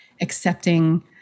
accepting